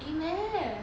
A math